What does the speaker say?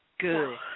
Good